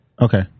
Okay